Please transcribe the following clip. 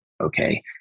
Okay